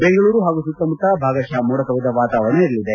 ಬೆಂಗಳೂರು ಹಾಗೂ ಸುತ್ತಮುತ್ತ ಭಾಗತಃ ಮೋಡ ಕವಿದ ವಾತಾವರಣ ಇರಲಿದೆ